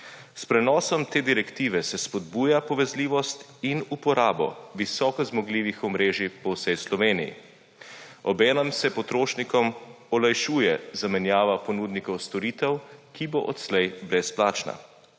S prenosom te direktive se spodbuja povezljivost in uporabo visoko zmogljivih omrežij po vsej Sloveniji. Obenem se potrošnikom olajšuje zamenjava ponudnikov storitev, ki bo odslej brezplačna.